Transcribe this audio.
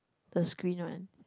the screen one